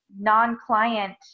non-client